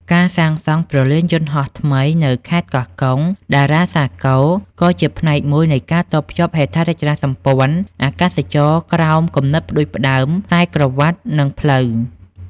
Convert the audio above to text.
ការសាងសង់ព្រលានយន្តហោះថ្មីនៅខេត្តកោះកុង (តារាសាគរ) ក៏ជាផ្នែកមួយនៃការតភ្ជាប់ហេដ្ឋារចនាសម្ព័ន្ធអាកាសចរណ៍ក្រោម គំនិតផ្ដួចផ្ដើមខ្សែក្រវាត់ និងផ្លូវ។